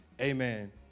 amen